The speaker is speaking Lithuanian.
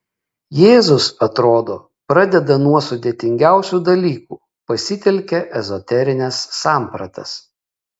jėzus atrodo pradeda nuo sudėtingiausių dalykų pasitelkia ezoterines sampratas